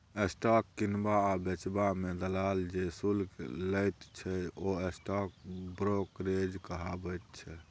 stock किनबा आ बेचबा मे दलाल जे शुल्क लैत छै ओ स्टॉक ब्रोकरेज कहाबैत छै